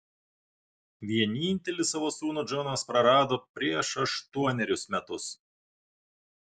vienintelį savo sūnų džonas prarado prieš aštuonerius metus